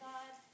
God